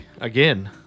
Again